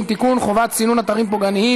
18 תומכים, 12 מתנגדים.